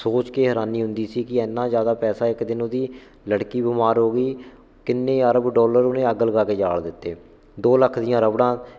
ਸੋਚ ਕੇ ਹੈਰਾਨੀ ਹੁੰਦੀ ਸੀ ਕਿ ਇੰਨਾ ਜ਼ਿਆਦਾ ਪੈਸਾ ਇੱਕ ਦਿਨ ਉਹਦੀ ਲੜਕੀ ਬਿਮਾਰ ਹੋ ਗਈ ਕਿੰਨੇ ਅਰਬ ਡੋਲਰ ਉਹਨੇ ਅੱਗ ਲਗਾ ਕੇ ਜਾਲ ਦਿੱਤੇ ਦੋ ਲੱਖ ਦੀਆਂ ਰਬੜਾਂ